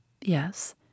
Yes